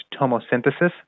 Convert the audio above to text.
tomosynthesis